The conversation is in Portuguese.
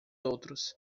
outros